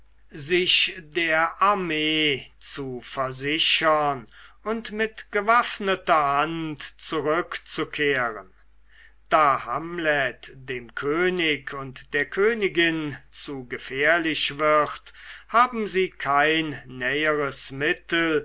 sich der armee zu versichern und mit gewaffneter hand zurückzukehren da hamlet dem könig und der königin zu gefährlich wird haben sie kein näheres mittel